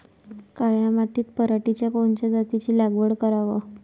काळ्या मातीत पराटीच्या कोनच्या जातीची लागवड कराव?